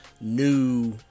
new